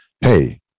Hey